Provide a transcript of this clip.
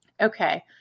Okay